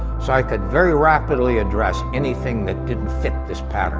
so i could very rapidly address anything that didn't fit this